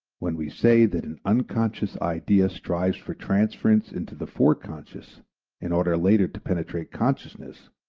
when we say that an unconscious idea strives for transference into the foreconscious in order later to penetrate consciousness,